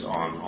on